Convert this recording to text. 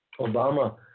Obama